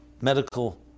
medical